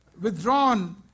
withdrawn